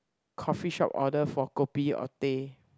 coffee shop order for kopi or teh